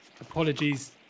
Apologies